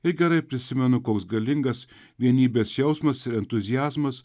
ir gerai prisimenu koks galingas vienybės jausmas ir entuziazmas